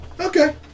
Okay